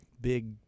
big